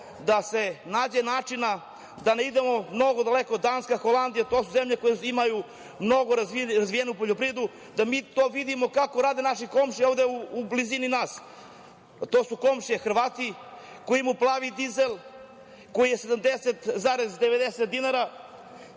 da se nađe načina da ne idemo mnogo daleko. Danska, Holandija, to su zemlje koje imaju mnogo razvijenu poljoprivredu, da mi to vidimo kako rade naše komšije ovde u blizini nas. To su komšije Hrvati koji imaju plavi dizel koji je 70,90 dinar,